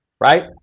right